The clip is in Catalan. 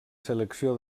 selecció